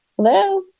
Hello